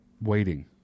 Waiting